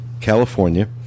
California